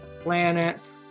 Planet